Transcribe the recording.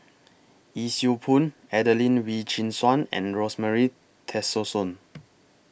Yee Siew Pun Adelene Wee Chin Suan and Rosemary Tessensohn